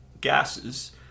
gases